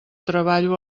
treballo